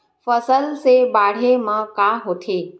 फसल से बाढ़े म का होथे?